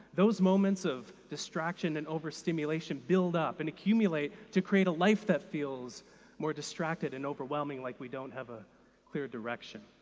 those moments of distraction and overstimulation build up and accumulate to create a life that feels more distracted and overwhelming, like we don't have a clear direction.